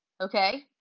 Okay